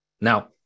Now